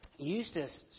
Eustace